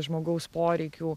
žmogaus poreikių